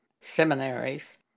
seminaries